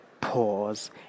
pause